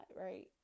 right